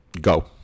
go